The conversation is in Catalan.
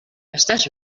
estàs